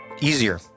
easier